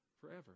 forever